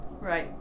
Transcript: Right